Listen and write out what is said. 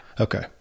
Okay